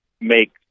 make